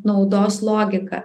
naudos logika